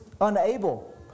unable